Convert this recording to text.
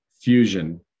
fusion